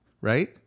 right